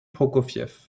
prokofiev